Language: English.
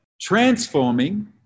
transforming